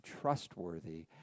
trustworthy